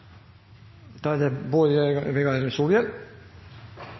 Da er det